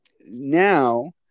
now